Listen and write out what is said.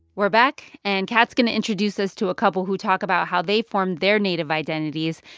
we're back. and kat's going to introduce us to a couple who talk about how they formed their native identities,